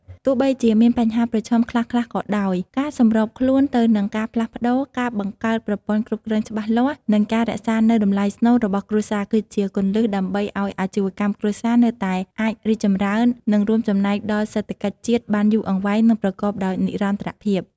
ទោះបីជាមានបញ្ហាប្រឈមខ្លះៗក៏ដោយ ការសម្របខ្លួនទៅនឹងការផ្លាស់ប្តូរ ការបង្កើតប្រព័ន្ធគ្រប់គ្រងច្បាស់លាស់ និងការរក្សានូវតម្លៃស្នូលរបស់គ្រួសារ គឺជាគន្លឹះដើម្បីឲ្យអាជីវកម្មគ្រួសារនៅតែអាចរីកចម្រើន និងរួមចំណែកដល់សេដ្ឋកិច្ចជាតិបានយូរអង្វែង និងប្រកបដោយនិរន្តរភាព។